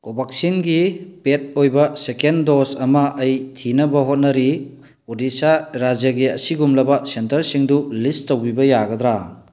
ꯀꯣꯕꯦꯛꯁꯤꯟꯒꯤ ꯄꯦꯠ ꯑꯣꯏꯕ second dose ꯑꯃ ꯑꯩ ꯊꯤꯅꯕ ꯍꯣꯠꯅꯔꯤ ꯑꯣꯗꯤꯁꯥ ꯔꯥꯖ꯭ꯌꯒꯤ ꯑꯁꯤꯒꯨꯝꯂꯕ ꯁꯦꯟꯇꯔꯁꯤꯡꯗꯨ ꯂꯤꯁ ꯇꯧꯕꯤꯕ ꯌꯥꯒꯗ꯭ꯔꯥ